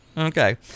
Okay